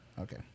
Okay